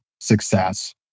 success